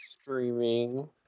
streaming